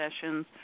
sessions